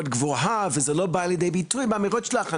גבוה וזה לא בא לידי ביטוי מהאמירות שלך.